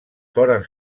foren